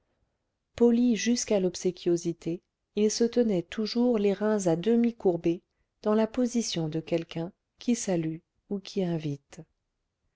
poli jusqu'à l'obséquiosité il se tenait toujours les reins à demi courbés dans la position de quelqu'un qui salue ou qui invite